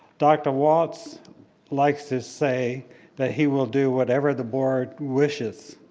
dr. walts likes to say that he will do whatever the board wishes.